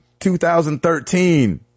2013